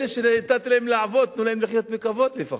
אלה שנתתם להם לעבוד, תנו להם לחיות בכבוד לפחות.